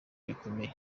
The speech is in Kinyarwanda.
bikomeye